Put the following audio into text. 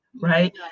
right